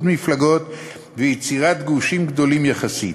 מפלגות ויצירת גושים גדולים יחסית,